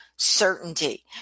certainty